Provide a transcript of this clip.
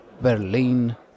Berlin